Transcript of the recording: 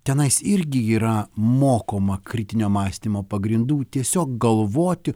tenais irgi yra mokoma kritinio mąstymo pagrindų tiesiog galvoti